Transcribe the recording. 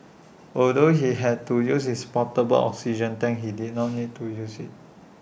although he had to use his portable oxygen tank he did not need to use IT